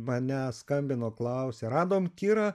mane skambino klausė radom kirą